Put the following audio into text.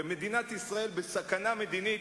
ומדינת ישראל בסכנה מדינית,